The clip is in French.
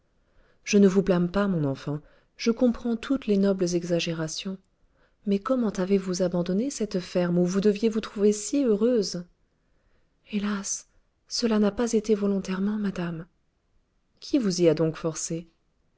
je ne vous blâme pas mon enfant je comprends toutes les nobles exagérations mais comment avez-vous abandonné cette ferme où vous deviez vous trouver si heureuse hélas cela n'a pas été volontairement madame qui vous y a donc forcée